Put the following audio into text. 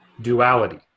Duality